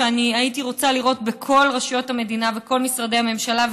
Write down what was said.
שאני הייתי רוצה לראות בכל רשויות המדינה ובכל משרדי הממשלה,